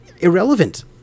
Irrelevant